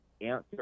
answer